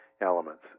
elements